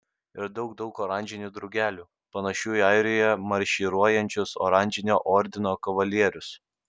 ir daug daug oranžinių drugelių panašių į airijoje marširuojančius oranžinio ordino kavalierius